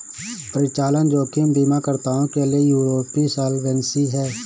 परिचालन जोखिम बीमाकर्ताओं के लिए यूरोपीय सॉल्वेंसी है